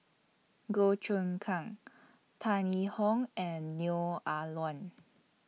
Goh Choon Kang Tan Yee Hong and Neo Ah Luan